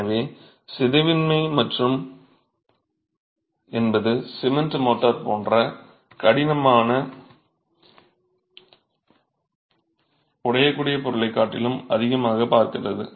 எனவே சிதைவின்மை என்பது சிமென்ட் மோர்டார் போன்ற கடினமான உடையக்கூடிய பொருளைக் காட்டிலும் அதிகமாகப் பார்க்கிறது